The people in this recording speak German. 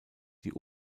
die